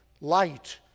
light